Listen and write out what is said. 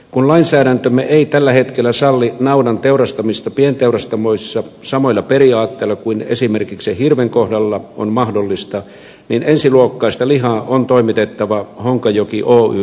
kun lainsäädäntömme ei tällä hetkellä salli naudan teurastamista pienteurastamoissa samoilla periaatteilla kuin esimerkiksi hirven kohdalla on mahdollista niin ensiluokkaista lihaa on toimitettava honkajoki oylle hävitykseen